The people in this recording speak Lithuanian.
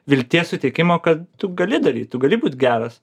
vilties suteikimo kad tu gali daryt gali būt geras